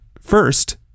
first